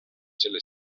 selle